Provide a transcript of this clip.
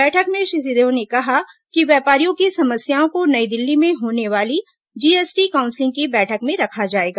बैठक में श्री सिंहदेव ने कहा कि व्यापारियों की समस्याओं को नई दिल्ली में होने वाली जीएसटी काउंसिल की बैठक में रखा जाएगा